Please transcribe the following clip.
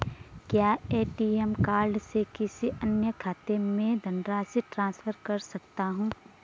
क्या ATM card से किसी अन्य खाते में धनराशि ट्रांसफर कर सकता हूँ?